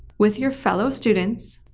with your fellow students,